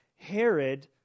herod